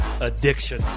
addiction